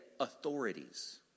Authorities